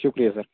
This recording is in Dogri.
शुक्रिया सर